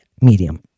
medium